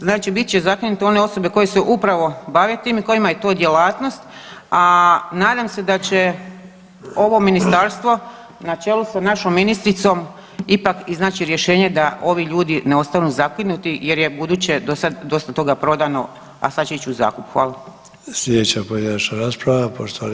Znači, bit će zakinute one osobe koje se upravo bave tim i kojima je to djelatnost, a nadam se da će ovo ministarstvo na čelu sa našom ministricom ipak iznaći rješenje da ovi ljudi ne ostanu zakinuti jer je budući do sad dosta toga prodano, a sad će ići u zakup.